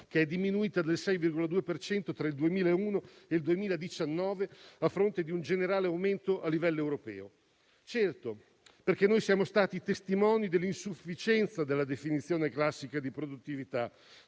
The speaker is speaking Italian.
che è diminuita del 6,2 per cento tra il 2001 e il 2019, a fronte di un generale aumento a livello europeo. Certo: noi siamo stati testimoni dell'insufficienza della definizione classica di produttività